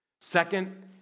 Second